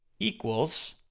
equals,